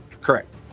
Correct